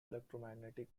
electromagnetic